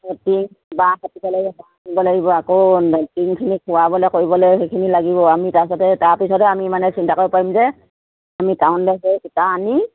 খোৱাবলে কৰিবলে সেইখিনি লাগিব আমি তাৰপিছতে তাৰপিছতে আমি মানে চিন্তা কৰিব পাৰিম যে আমি টাউনলে গৈ সূতা আনি